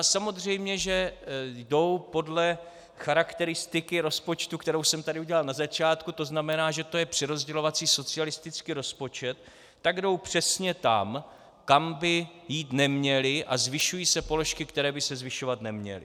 Samozřejmě že jdou podle charakteristiky rozpočtu, kterou jsem tady udělal na začátku, to znamená, že to je přerozdělovací socialistický rozpočet, tak jdou přesně tam, kam by jít neměly, a zvyšují se položky, které by se zvyšovat neměly.